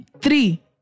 Three